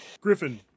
Griffin